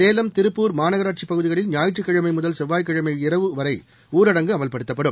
சேலம் திருப்பூர் மாநகராட்சி பகுதிகளில் ஞாயிற்றுக்கிழமை முதல் செவ்வாய்க்கிழமை இரவு வரை ஊரடங்கு அமல்படுத்தப்படும்